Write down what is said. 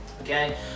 Okay